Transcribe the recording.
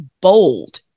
bold